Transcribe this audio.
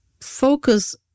focus